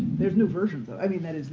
there's no version, though. i mean, that